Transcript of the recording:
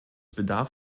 bedarf